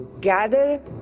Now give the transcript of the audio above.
gather